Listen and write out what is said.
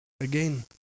again